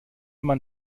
man